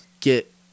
get